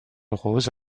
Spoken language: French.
rose